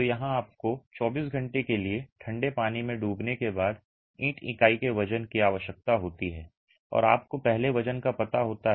तो यहां आपको 24 घंटे के लिए ठंडे पानी में डूबने के बाद ईंट इकाई के वजन की आवश्यकता होती है और आपको पहले वजन का पता होता है